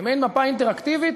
זו מעין מפה אינטראקטיבית